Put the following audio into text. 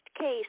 case